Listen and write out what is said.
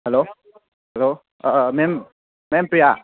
hello hello ma'am ma'am Priya